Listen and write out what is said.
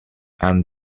and